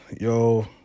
yo